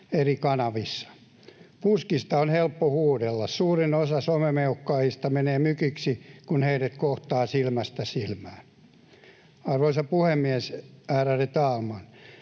eri kanavissa. Puskista on helppo huudella. Suurin osa somemeuhkaajista menee mykiksi, kun heidät kohtaa silmästä silmään. Arvoisa puhemies, ärade talman!